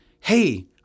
hey